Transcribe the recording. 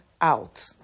out